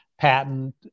patent